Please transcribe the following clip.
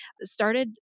started